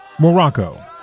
Morocco